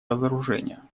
разоружению